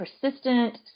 persistent